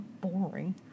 boring